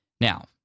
now